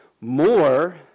more